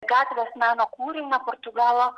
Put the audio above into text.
gatvės meno kūrinio portugalo